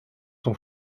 son